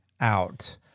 out